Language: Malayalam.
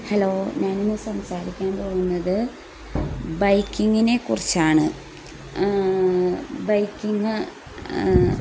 ഹലോ ഞാനിന്ന് സംസാരിക്കാൻ പോവുന്നത് ബൈക്കിങ്ങിനെക്കുറിച്ചാണ് ബൈക്കിങ്